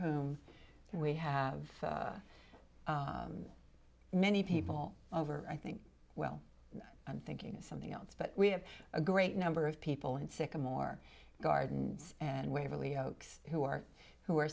whom we have many people over i think well i'm thinking of something else but we have a great number of people in sycamore gardens and waverly out who are who are